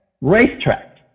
racetrack